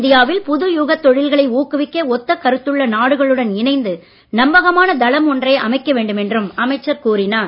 இந்தியாவில் புதுயுகத் தொழில்களை ஊக்குவிக்க ஒத்த கருத்துள்ள நாடுகளுடன் இணைந்து நம்பகமான தளம் ஒன்றை அமைக்க வேண்டும் என்றும் அமைச்சர் கூறினார்